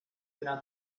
una